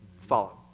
follow